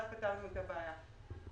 כך פתרנו את הבעיה.